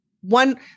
one